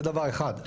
זה דבר אחד,